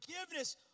forgiveness